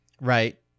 Right